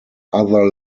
other